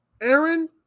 Aaron